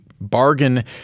bargain